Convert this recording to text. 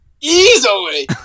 Easily